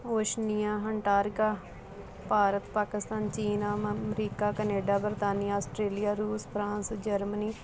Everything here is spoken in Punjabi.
ਓਸ਼ਨੀਆਂ ਐਨਟਾਰੀਕਾ ਭਾਰਤ ਪਾਕਿਸਤਾਨ ਚੀਨ ਅਮ ਅਮਰੀਕਾ ਕੈਨੇਡਾ ਬਰਤਾਨੀਆ ਆਸਟਰੇਲੀਆ ਰੂਸ ਫਰਾਂਸ ਜਰਮਨੀ